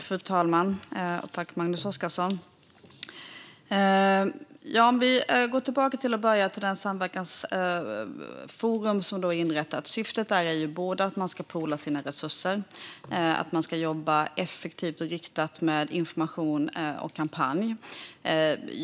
Fru talman! Vi kan börja med det samverkansforum som är inrättat. Syftet där är att man ska poola sina resurser och att man ska jobba effektivt och riktat med information och kampanjer.